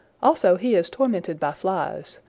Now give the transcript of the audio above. also he is tormented by flies.